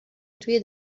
توی